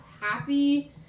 happy